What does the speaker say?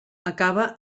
acaba